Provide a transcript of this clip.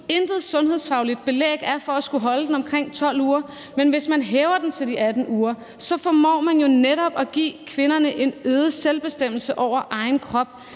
intet sundhedsfagligt belæg er for at skulle holde den omkring 12 uger. Men hvis man hæver den til de 18 uger, formår man jo netop at give kvinderne en øget selvbestemmelse over egen krop.